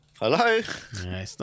Hello